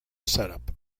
setup